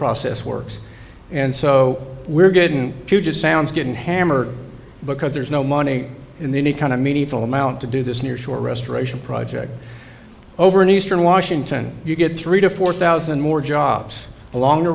process works and so we're getting puget sound getting hammered because there is no money in the any kind of meaningful amount to do this near shore restoration project over in eastern washington you get three to four thousand more jobs along